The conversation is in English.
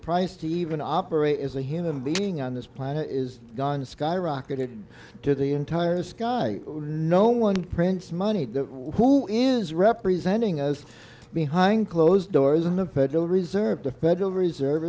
price to even operate as a human being on this planet is gone skyrocketed to the entire sky no one prints money who is representing as behind closed doors in the federal reserve the federal reserve